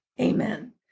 Amen